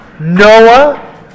Noah